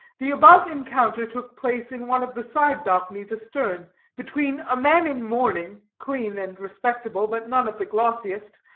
the above encounter took place in one of the side balconies astern, between a man in mourning clean and respectable, but none of the glossiest,